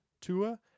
Tua